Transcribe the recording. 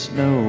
no